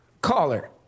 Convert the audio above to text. Caller